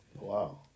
Wow